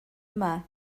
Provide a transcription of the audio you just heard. yma